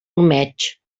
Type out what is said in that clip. ormeig